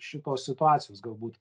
šitos situacijos galbūt